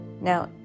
now